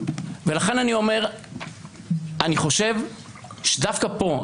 אני חושב שדווקא פה,